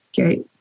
Okay